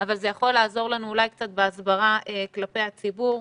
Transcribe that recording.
אבל זה יכול לעזור לנו אולי קצת בהסברה כלפי הציבור.